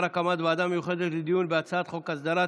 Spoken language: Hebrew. הקמת ועדה מיוחדת לדיון בהצעת חוק להסדרת